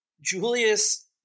Julius